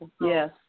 Yes